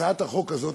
שהצעת החוק הזאת,